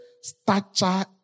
stature